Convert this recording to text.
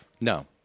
No